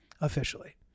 officially